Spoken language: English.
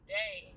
day